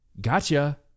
gotcha